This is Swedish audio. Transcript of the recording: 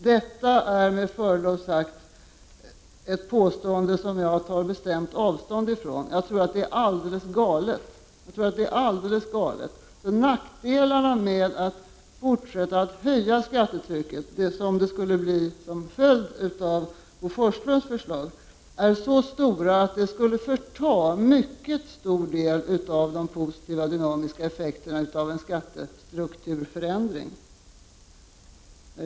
Det är med förlov sagt ett påstående som jag tar bestämt avstånd ifrån. Jag tror att det är alldeles galet. Nackdelarna med att fortsätta att höja skattetrycket, vilket skulle bli följden av Bo Forslunds förslag, är så stora att det skulle förta en mycket stor del av de positiva dynamiska effekterna i en skattestrukturförändring.